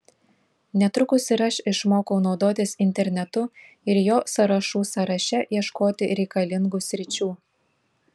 netrukus ir aš išmokau naudotis internetu ir jo sąrašų sąraše ieškoti reikalingų sričių